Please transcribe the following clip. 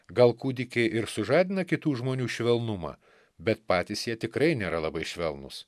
gal kūdikį ir sužadina kitų žmonių švelnumą bet patys jie tikrai nėra labai švelnūs